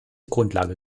grundlage